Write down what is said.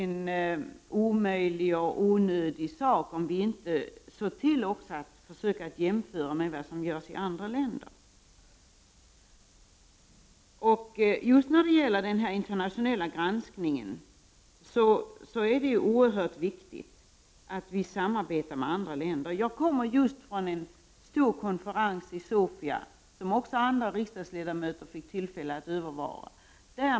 När det gäller den internationella granskningen är det oerhört viktigt att vi samarbetar med andra länder. Jag kommer just från en stor konferens i Sofia, som också andra riksdagsledamöter fick tillfälle att övervara.